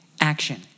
action